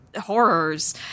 horrors